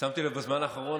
שמתי לב שבזמן האחרון,